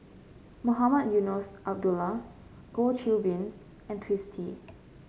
Mohamed Eunos Abdullah Goh Qiu Bin and Twisstii